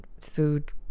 food